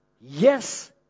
Yes